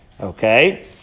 Okay